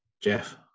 Jeff